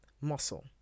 muscle